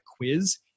quiz